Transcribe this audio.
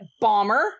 bomber